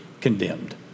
condemned